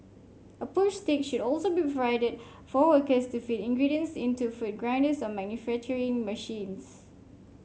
a push stick should also be provided for workers to feed ingredients into food grinders or manufacturing machines